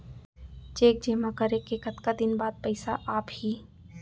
Cheque जेमा करे के कतका दिन बाद पइसा आप ही?